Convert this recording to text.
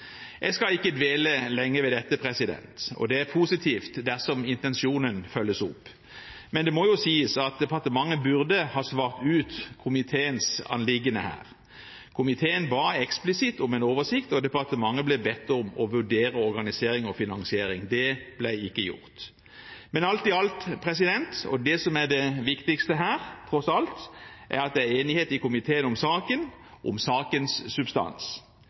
Jeg skal ikke dvele lenge ved dette, og det er positivt dersom intensjonen følges opp. Men det må sies at departementet burde ha svart ut komiteens anliggende her. Komiteen ba eksplisitt om en oversikt, og departementet ble bedt om å vurdere organisering og finansiering. Det ble ikke gjort. Men alt i alt, det som er det viktigste her – tross alt – er at det er enighet i komiteen om saken, og om sakens substans.